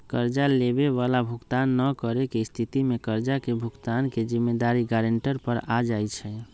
कर्जा लेबए बला भुगतान न करेके स्थिति में कर्जा के भुगतान के जिम्मेदारी गरांटर पर आ जाइ छइ